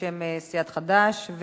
בשם סיעת חד"ש.